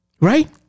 right